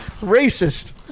racist